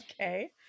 Okay